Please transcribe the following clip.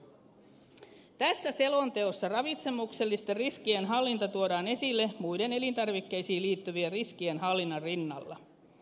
tässä selonteossa ravitsemuksellisten riskien hallinta tuodaan esille muiden elintarvikkeisiin liittyvien riskien hallinnan rinnalla